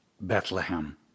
Bethlehem